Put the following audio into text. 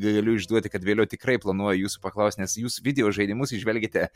galiu išduoti kad vėliau tikrai planuoju jūsų paklaust nes jūs videožaidimus įžvelgiate